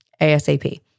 ASAP